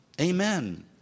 Amen